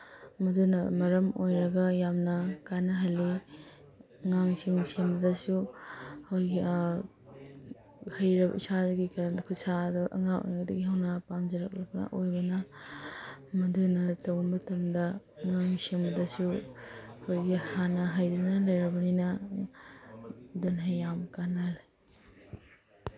ꯃꯗꯨꯅ ꯃꯔꯝ ꯑꯣꯏꯔꯒ ꯌꯥꯝꯅ ꯀꯥꯟꯅꯍꯜꯂꯤ ꯑꯉꯥꯡꯁꯤꯡ ꯁꯦꯝꯕꯗꯁꯨ ꯑꯩꯈꯣꯏꯒꯤ ꯏꯁꯥꯒꯤ ꯈꯨꯠ ꯁꯥꯗꯣ ꯑꯉꯥꯡ ꯑꯣꯏꯔꯤꯉꯩꯗꯁꯨ ꯍꯧꯅ ꯄꯥꯝꯖꯔꯛꯂꯕ ꯑꯣꯏꯕꯅ ꯃꯗꯨꯅ ꯇꯧꯕ ꯃꯇꯝꯗ ꯑꯉꯥꯡ ꯁꯦꯝꯕꯗꯁꯨ ꯑꯩꯈꯣꯏꯒꯤ ꯍꯥꯟꯅ ꯍꯩꯗꯨꯅ ꯂꯩꯔꯕꯅꯤꯅ ꯑꯗꯨꯅ ꯌꯥꯝ ꯀꯥꯟꯅꯍꯜꯂꯤ